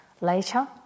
later